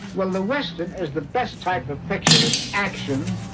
well the western is the best type of picture that action.